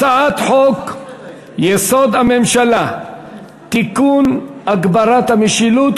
הצעת חוק-יסוד: הממשלה (תיקון) (הגברת המשילות),